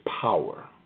power